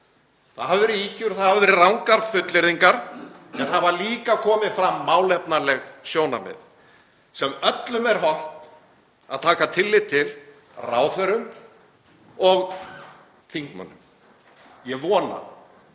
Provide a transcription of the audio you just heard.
Það hafa verið ýkjur og það hafa verið rangar fullyrðingar en það hafa líka komið fram málefnaleg sjónarmið sem öllum er hollt að taka tillit til, ráðherrum og þingmönnum. Ég vona,